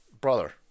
brother